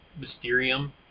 Mysterium